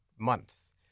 months